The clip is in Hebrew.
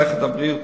במערכת הבריאות,